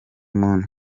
moon